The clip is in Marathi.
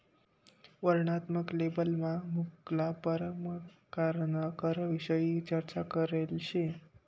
वर्णनात्मक लेबलमा मुक्ला परकारना करविषयी चर्चा करेल शे